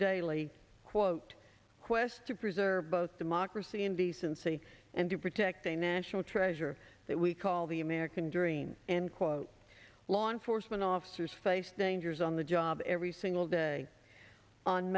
daily quote quest to preserve both democracy and decency and to protect a national treasure that we call the american dream and quote law enforcement officers face dangers on the job every single day on